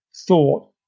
thought